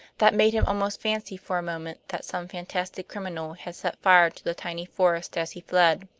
that made him almost fancy for a moment that some fantastic criminal had set fire to the tiny forest as he fled.